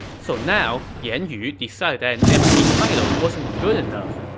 so now, yan yu decided that an empty title wasn't good enough.